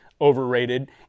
overrated